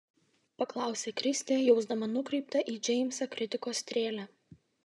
paklausė kristė jausdama nukreiptą į džeimsą kritikos strėlę